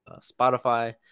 Spotify